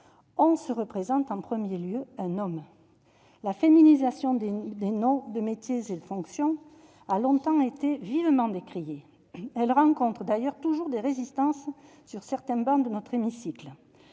on se représente en premier lieu un homme. La féminisation des noms de métiers et fonctions a longtemps été vivement décriée ; elle rencontre d'ailleurs toujours des résistances sur certaines travées de notre hémicycle.